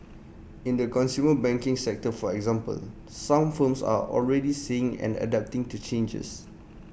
in the consumer banking sector for example some firms are already seeing and adapting to changes